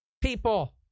people